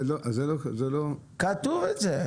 זה לא --- כתוב את זה,